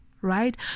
right